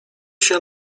się